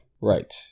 Right